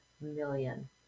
million